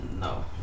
No